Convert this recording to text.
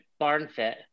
BarnFit